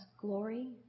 glory